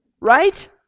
right